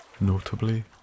Notably